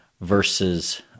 Versus